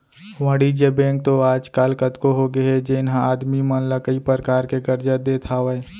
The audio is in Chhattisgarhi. वाणिज्य बेंक तो आज काल कतको होगे हे जेन ह आदमी मन ला कई परकार के करजा देत हावय